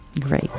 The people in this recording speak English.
Great